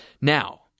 Now